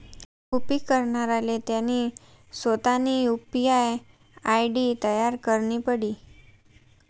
उपेग करणाराले त्यानी सोतानी यु.पी.आय आय.डी तयार करणी पडी